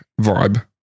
vibe